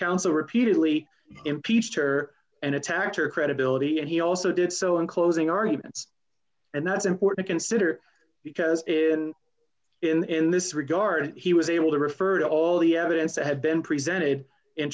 counsel repeatedly impeached her and attacked her credibility and he also did so in closing arguments and that's important consider because in in this regard he was able to refer to all the evidence that have been presented in